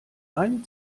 einem